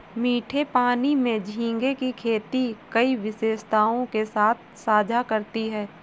मीठे पानी में झींगे की खेती कई विशेषताओं के साथ साझा करती है